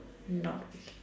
not